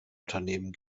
unternehmen